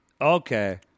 okay